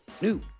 new